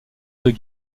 deux